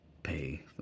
pay